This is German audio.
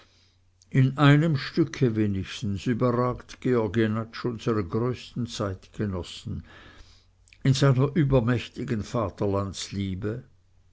in einem stücke wenigstens überragt georg jenatsch unsere größten zeitgenossen in seiner übermächtigen vaterlandsliebe